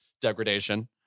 degradation